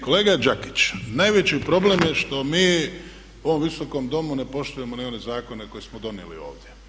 Kolega Đakić, najveći problem je što mi u ovom Visokom domu ne poštujemo ni one zakone koje smo donijeli ovdje.